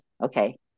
Okay